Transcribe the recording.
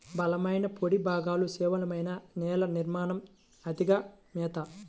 బలమైన పొడి గాలులు, పేలవమైన నేల నిర్మాణం, అతిగా మేత